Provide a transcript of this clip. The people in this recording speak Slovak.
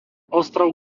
ostrov